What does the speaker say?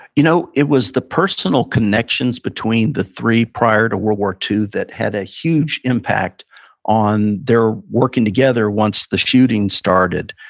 you know it was the personal connections between the three prior to world war ii that had a huge impact on their working together once the shooting started.